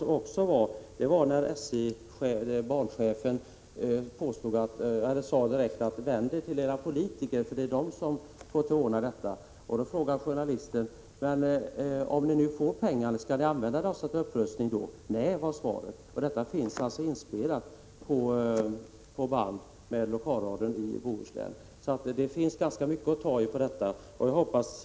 SJ:s banchef sade bl.a.: Vänd er till era politiker, för det är de som får ordna detta. Då frågade journalisten: Om ni nu får pengar, skall ni använda dem till upprustning? Nej, var svaret. Detta finns inspelat av lokalradion i Bohuslän. Det finns alltså ganska mycket att ta i.